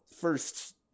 first